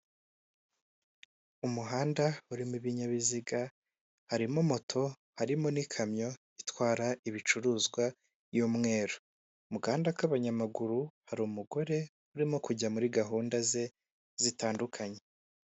Umuhanda urimo ibinyabiziga harimo moto harimo n'ikamyo itwara ibicuruzwa y'umweru. Mu gahanda k'abanyamaguru hari umugore urimo kujya muri gahunda ze zitandukanye.